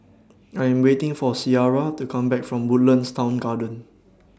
I'm waiting For Ciarra to Come Back from Woodlands Town Garden